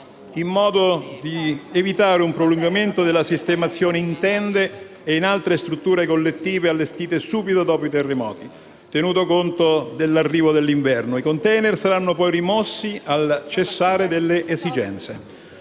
in modo da evitare un prolungamento della sistemazione in tende e in altre strutture collettive allestite subito dopo i terremoti, tenuto conto dell'arrivo dell'inverno. I *container* saranno poi rimossi al cessare delle esigenze.